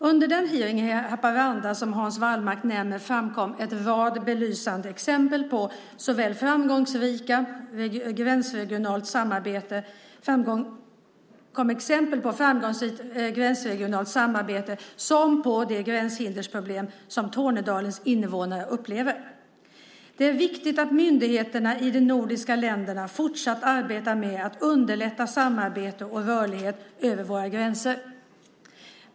Under den hearing i Haparanda som Hans Wallmark nämner framkom en rad belysande exempel på såväl framgångsrikt gränsregionalt samarbete som de gränshindersproblem som Tornedalens invånare upplever. Det är viktigt att myndigheterna i de nordiska länderna fortsatt arbetar med att underlätta samarbete och rörlighet över våra gränser.